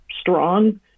Strong